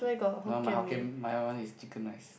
you want my Hokkien Mee my one is chicken rice